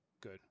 Good